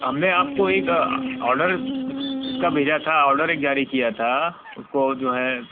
हमने आपको एक ऑर्डर इस इसका भेजा था ऑर्डर एक जारी किया था उसको जो है